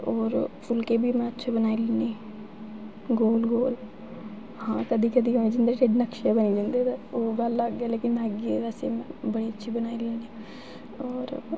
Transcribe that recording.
होर फुलके बी में अच्छे बनाई लैन्नी गोल गोल हां कदें कदें कदें बड़े शैल नक्शे बनी जंदे ओह् गल्ल लग्ग ऐ लेकिन मैगी में बड़ी अच्छी बनाई लैन्नी और